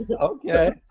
Okay